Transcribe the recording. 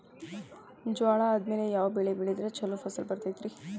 ಜ್ವಾಳಾ ಆದ್ಮೇಲ ಯಾವ ಬೆಳೆ ಬೆಳೆದ್ರ ಛಲೋ ಫಸಲ್ ಬರತೈತ್ರಿ?